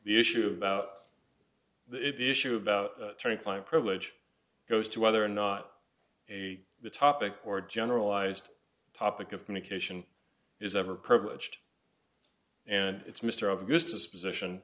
the issue about the issue about turning client privilege goes to whether or not a topic or generalized topic of communication is ever privileged and it's mr of this disposition